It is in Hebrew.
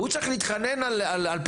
הוא צריך להתחנן על פירורים?